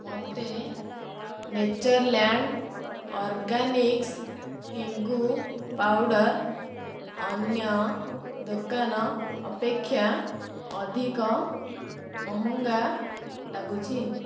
ମୋତେ Natureland Organics ହେଙ୍ଗୁ powder ଅନ୍ୟ ଦୋକାନ ଅପେକ୍ଷା ଅଧିକ ମହଙ୍ଗା ଲାଗୁଛି